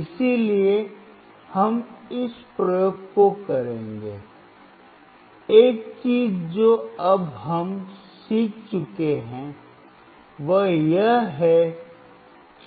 इसलिए हम इस प्रयोग को करेंगे एक चीज जो अब हम सीख चुके हैं वह यह है